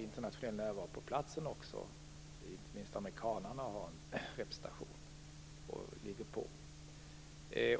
internationell närvaro på platsen. Inte minst amerikanerna har en representation och ligger på.